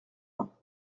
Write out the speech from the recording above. vingts